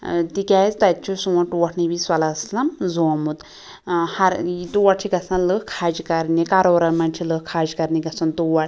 ٲں تِکیٛاز تتہِ چھُ سون ٹوٹھ نبی صلۍ اللہ علیہِ وَسلَم زومُت ٲں ہر ٲں تور چھِ گَژھان لوٗکھ حج کَرنہِ کرورَن مَنٛز چھِ لوٗکھ حج کَرنہِ گَژھان تور